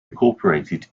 incorporated